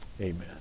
Amen